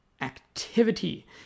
activity